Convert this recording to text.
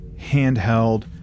handheld